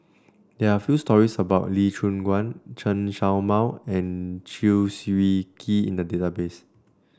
there are few stories about Lee Choon Guan Chen Show Mao and Chew Swee Kee in the database